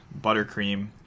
buttercream